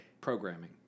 Programming